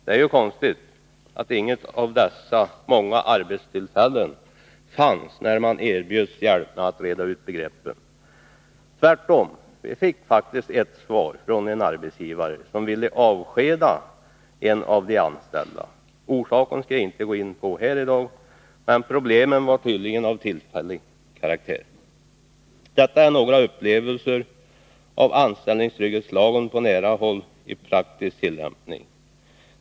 Det är ju konstigt att inget av dessa många arbetstillfällen fanns när man erbjöds hjälp med att reda ut begreppen. Tvärtom fick vi faktiskt ett svar från en arbetsgivare som ville avskeda en av de anställda. Orsaken skall jag inte ange här, men problemen var tydligen av tillfällig karaktär. Detta är några upplevelser av anställningstrygghetslagen på nära håll och i praktisk tillämpning.